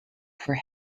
for